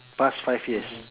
past five years